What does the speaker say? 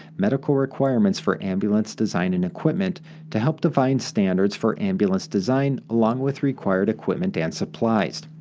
medical requirements for ambulance design and equipment to help define standards for ambulance design, along with required equipment and supplies.